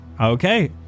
Okay